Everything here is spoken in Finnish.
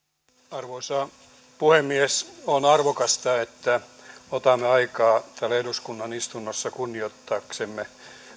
arvoisa puhemies on arvokasta että otamme aikaa täällä eduskunnan istunnossa kunnioittaaksemme